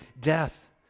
death